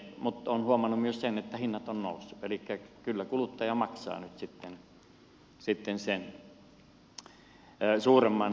mutta olen huomannut myös sen että hinnat ovat nousseet elikkä kyllä kuluttaja maksaa nyt sitten sen suuremman hinnan